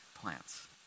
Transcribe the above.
plants